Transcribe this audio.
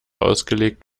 ausgelegt